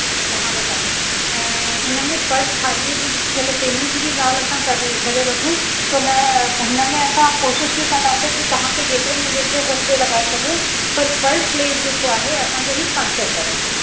अच्छा तव्हां वटि आहे ऐं हिन में पर थालीअ जी छो लाइ पेमेंट जी ॻाल्हि असां करे करे वठूं छो लाइ हिन में असां कोशिशि ई कंदासीं के तव्हांखे जेतिरो में जेतिरो घटि थो लॻाए सघूं त पर प्लेट जेको आहे असांजो हीअ पंज सौ पवंदो